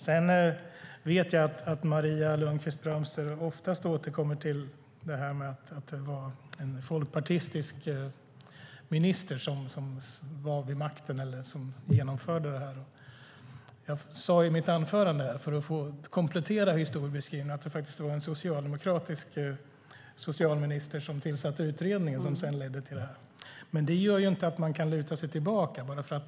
Sedan vet jag att Maria Lundqvist-Brömster ofta återkommer till att det var en folkpartistisk minister som genomförde LSS. För att komplettera historiebeskrivningen sade jag i mitt anförande att det var en socialdemokratisk socialminister som tillsatte utredningen som sedan ledde till LSS.